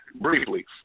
briefly